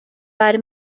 beide